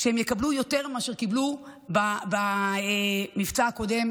שהם יקבלו יותר ממה שהם קיבלו במבצע הקודם,